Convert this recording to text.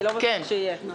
כי לא בטוח שיהיה.